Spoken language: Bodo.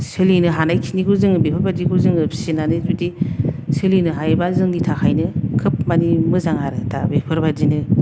सोलिनो हानायखिनिखौ जोङो बेफोरबायदिखौ जोङो फिसिनानै जुदि सोलिनो हायोबा जोंनि थाखायनो खोब मानि मोजां आरो दा बेफोरबायदिनो